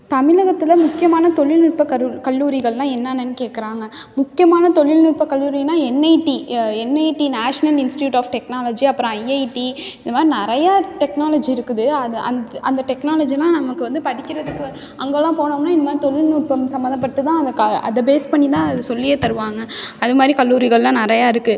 தமிழகத்தில் முக்கியமான தொழில்நுட்ப கல்லூரிகள்லாம் என்னென்னன்னு கேக்கிறாங்க முக்கியமான தொழில்நுட்ப கல்லூரினா என்ஐடி எ NIT national institute of technology அப்புறம் ஐஐடி இது மாதிரி நிறைய டெக்னாலஜி இருக்குது அதை அந்த அந்த டெக்னாலஜிலாம் நமக்கு வந்து படிக்கிறதுக்கு அங்கேலாம் போனோம்னா இந்த மாதிரி தொழில்நுட்பம் சமந்தப்பட்டு தான் அந்த க அதை பேஸ் பண்ணி தான் அது சொல்லியே தருவாங்க அது மாதிரி கல்லூரிகள்லாம் நிறையா இருக்குது